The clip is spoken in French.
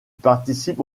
participe